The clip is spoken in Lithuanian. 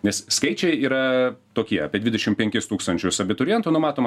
nes skaičiai yra tokie apie dvidešim penkis tūkstančius abiturientų numatoma